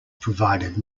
provided